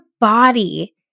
body